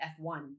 F1